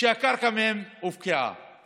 שהקרקע הופקעה מהם,